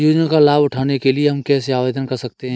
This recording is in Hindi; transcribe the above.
योजनाओं का लाभ उठाने के लिए हम कैसे आवेदन कर सकते हैं?